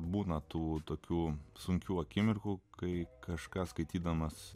būna tų tokių sunkių akimirkų kai kažką skaitydamas